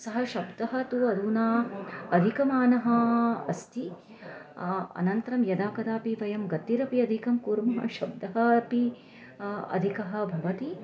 सः शब्दः तु अधुना अधिकमानः अस्ति अनन्तरं यदा कदापि वयं गतिरपि अधिकं कुर्मः शब्दः अपि अधिकः भवति